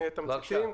נהיה תמציתיים,